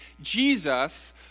Jesus